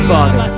Father